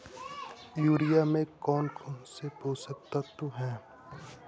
Urea में कौन कौन से पोषक तत्व है?